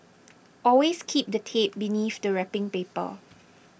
always keep the tape beneath the wrapping paper